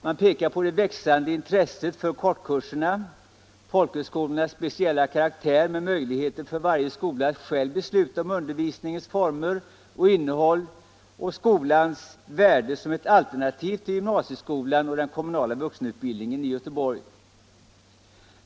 Man pekar på det växande intresset för kortkurserna, folkhögskolans speciella karaktär med möjlighet för varje skola att själv besluta om undervisningsformer och innehåll och skolans värde som ett alternativ till gymnasieskolan och den kommunala vuxenutbildningen i Göteborg.